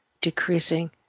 decreasing